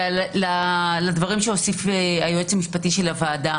ולדברים שהוסיף היועץ המשפטי של הוועדה